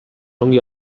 ongi